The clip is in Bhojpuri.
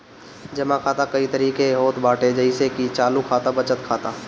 जमा खाता कई तरही के होत बाटे जइसे की चालू खाता, बचत खाता